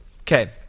Okay